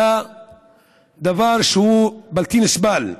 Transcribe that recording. לדבר שהוא בלתי נסבל.